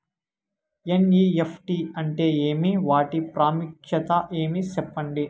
NEFT అంటే ఏమి వాటి ప్రాముఖ్యత ఏమి? సెప్పండి?